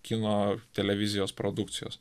kino televizijos produkcijos